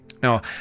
Now